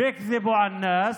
דבקתם בהצבעה בלי שהבנתם,